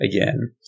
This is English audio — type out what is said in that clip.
again